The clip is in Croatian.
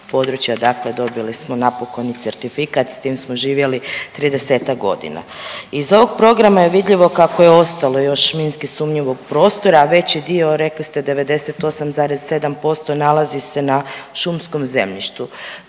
dakle dobili smo napokon i certifikat, s tim smo živjeli 30-ak godina. Iz ovog Programa je vidljivo kako je ostalo još minski sumnjivog prostora, a veći dio, rekli ste, 98,7% nalazi se na šumskom zemljištu.